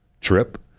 trip